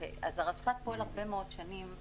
הרשפ"ת פועל הרבה מאוד שנים.